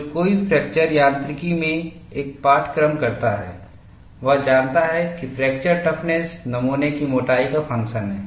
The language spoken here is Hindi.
जो कोई फ्रैक्चर यांत्रिकी में एक पाठ्यक्रम करता है वह जानता है कि फ्रैक्चर टफ़्नस नमूना की मोटाई का फंक्शन है